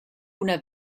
una